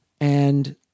And-